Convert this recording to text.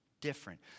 different